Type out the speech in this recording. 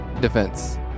defense